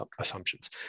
assumptions